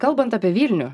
kalbant apie vilnių